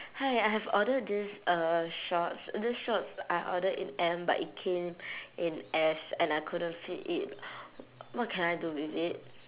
hi I have ordered this uh shorts this shorts I ordered it M but it came in S and I couldn't fit it what can I do with it